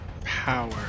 Power